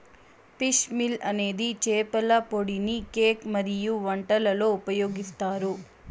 fish meal అనేది చేపల పొడిని కేక్ మరియు వంటలలో ఉపయోగిస్తారు